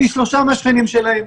פי שלושה מהשכנים שלהם,